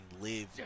live